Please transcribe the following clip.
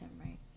right